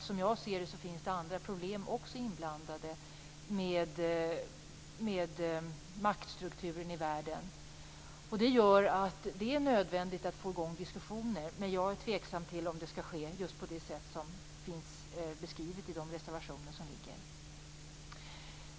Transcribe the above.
Som jag ser det finns det andra problem inblandade med maktstrukturen i världen. Det är nödvändigt att få i gång diskussioner. Men jag är tveksam till att det skall ske just på det sätt som finns beskrivet i de reservationer som finns.